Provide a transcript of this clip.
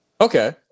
Okay